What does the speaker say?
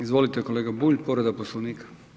Izvolite kolega Bulj, povreda Poslovnika.